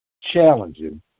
challenging